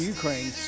Ukraine